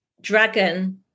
Dragon